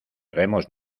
remos